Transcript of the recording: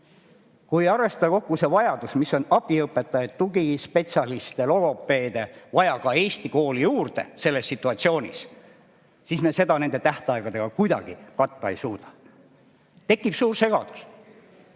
Kui arvestada kokku see vajadus, kui palju on vaja abiõpetajaid, tugispetsialiste ja logopeede vaja ka eesti kooli juurde selles situatsioonis, siis seda me nende tähtaegadega kuidagi katta ei suuda. Tekib suur segadus.